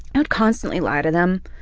i would constantly lie to them